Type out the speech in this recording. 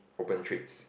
open trades